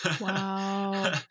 Wow